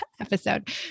episode